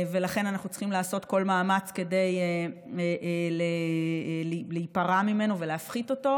ולכן אנחנו צריכים לעשות כל מאמץ כדי להיפרע ממנו ולהפחית אותו.